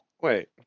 Wait